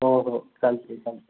हो हो चालतं आहे चालतं आहे